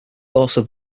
also